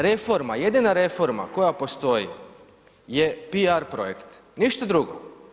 Reforma, jedina reforma koja postoji je piar projekt, ništa drugo.